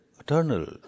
eternal